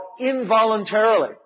involuntarily